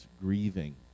grieving